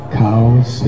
cows